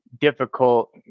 difficult